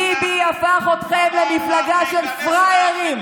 ביבי הפך אתכם למפלגה של פראיירים,